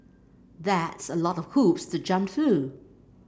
that's a lot of hoops to jump through